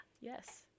yes